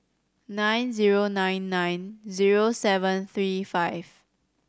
nine zero nine nine zero seven three five